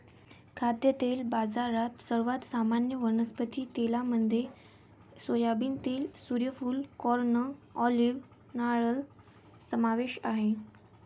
खाद्यतेल बाजारात, सर्वात सामान्य वनस्पती तेलांमध्ये सोयाबीन तेल, सूर्यफूल, कॉर्न, ऑलिव्ह, नारळ समावेश आहे